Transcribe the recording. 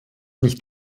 nicht